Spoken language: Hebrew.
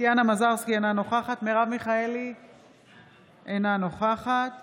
טטיאנה מזרסקי, אינה נוכחת